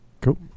Cool